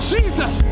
Jesus